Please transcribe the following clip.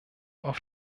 auf